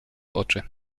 oczy